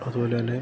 അതു പോലെ തന്നെ